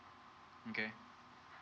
okay